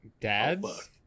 Dad's